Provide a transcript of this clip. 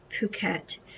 Phuket